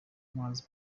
umuhanzi